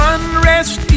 Unrest